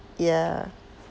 yeah